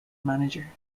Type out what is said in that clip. manager